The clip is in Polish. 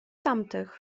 tamtych